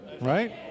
right